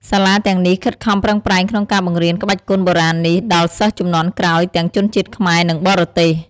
សាលាទាំងនេះខិតខំប្រឹងប្រែងក្នុងការបង្រៀនក្បាច់គុនបុរាណនេះដល់សិស្សជំនាន់ក្រោយ ទាំងជនជាតិខ្មែរ និងបរទេស។